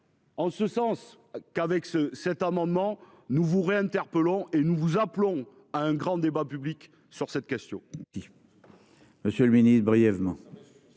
En ce sens qu'avec ce cet amendement, nous vous aurez interpellant et nous vous appelons à un grand débat public sur cette question.